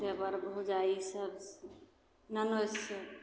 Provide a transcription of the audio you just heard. देवर भौजाइसभ ननदिसे